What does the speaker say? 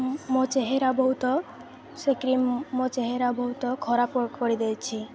ମୋ ଚେହେରା ବହୁତ ସେ କ୍ରିମ୍ ମୋ ଚେହେରା ବହୁତ ଖରାପ କରିଦେଇଛି